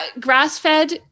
Grass-fed